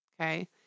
okay